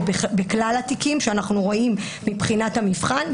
בכלל התיקים שאנו רואים מבחינת המבחן.